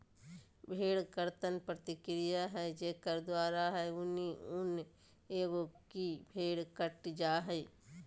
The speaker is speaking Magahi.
भेड़ कर्तन प्रक्रिया है जेकर द्वारा है ऊनी ऊन एगो की भेड़ कट जा हइ